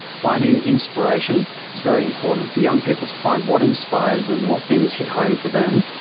finding inspiration is very important, for young people to find what inspires them, what things hit home for them,